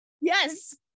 yes